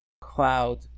cloud